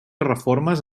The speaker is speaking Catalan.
reformes